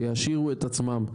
שיעשירו את עצמם.